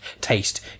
taste